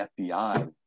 FBI